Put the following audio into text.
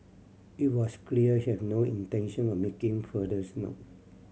it was clear she have no intention of making furthers note